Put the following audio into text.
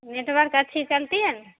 network اچھی چلتی ہے نا